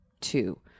Two